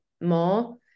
more